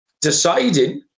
deciding